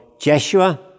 Jeshua